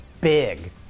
big